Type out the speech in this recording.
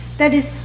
that is,